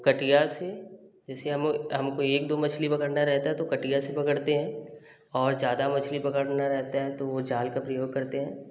कटिया से जैसे हम हमको एक दो मछली पकड़ना रहता तो कटिया से पकड़ते हैं और ज़्यादा मछली पकड़ना रहता है तो वो जाल का प्रयोग करते हैं